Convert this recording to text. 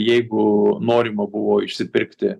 jeigu norima buvo išsipirkti